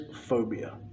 phobia